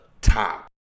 top